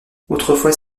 autrefois